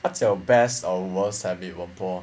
what's your best or worst habit wen bo